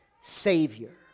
savior